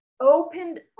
opened